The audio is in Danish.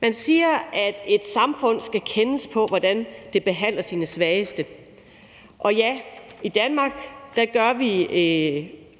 Man siger, at et samfund skal kendes på, hvordan det behandler sine svageste. Og ja, i Danmark gør vi